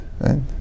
right